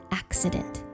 accident